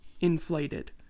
inflated